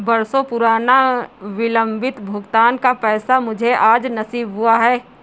बरसों पुराना विलंबित भुगतान का पैसा मुझे आज नसीब हुआ है